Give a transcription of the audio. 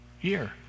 year